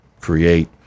create